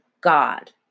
God